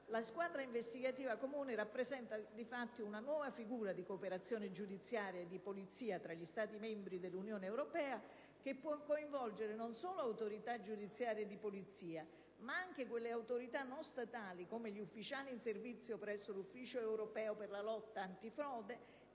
La squadra investigativa comune rappresenta infatti una nuova figura di cooperazione giudiziaria e di polizia tra gli Stati membri dell'Unione europea, che può coinvolgere non solo autorità giudiziarie e di polizia, ma anche quelle autorità non statali, come gli ufficiali in servizio presso l'Ufficio europeo per la lotta antifrode